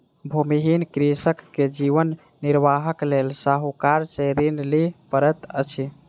भूमिहीन कृषक के जीवन निर्वाहक लेल साहूकार से ऋण लिअ पड़ैत अछि